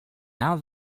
now